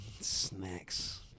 snacks